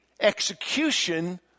execution